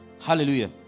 Hallelujah